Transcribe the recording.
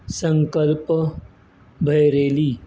संकल्प भैरवी